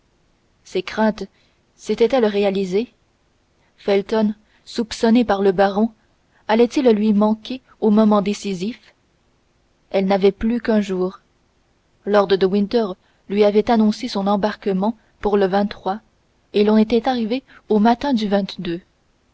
ses craintes sétaient elles réalisées felton soupçonné par le baron allait-il lui manquer au moment décisif elle n'avait plus qu'un jour lord de winter lui avait annoncé son embarquement pour le et l'on était arrivé au matin du